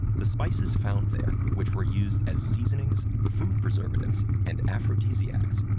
the spices found there, which were used as seasonings, food preservatives, and aphrodisiacs,